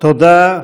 תודה.